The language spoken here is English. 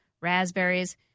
raspberries